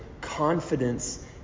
confidence